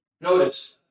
Notice